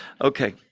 Okay